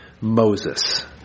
Moses